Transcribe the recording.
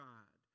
God